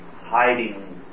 hiding